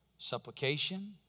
supplication